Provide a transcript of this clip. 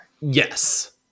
Yes